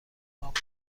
پاپ